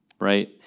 right